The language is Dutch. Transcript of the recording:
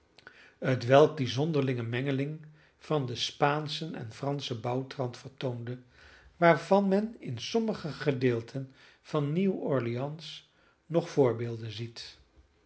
huis hetwelk die zonderlinge mengeling van den spaanschen en franschen bouwtrant vertoonde waarvan men in sommige gedeelten van nieuw orleans nog voorbeelden ziet